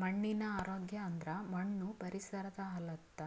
ಮಣ್ಣಿನ ಆರೋಗ್ಯ ಅಂದುರ್ ಮಣ್ಣು ಪರಿಸರದ್ ಹಲತ್ತ